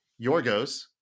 Yorgos